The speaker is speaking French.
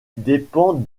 dépend